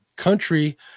country